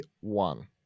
one